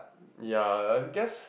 ya I guess